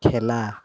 খেলা